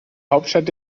hauptstadt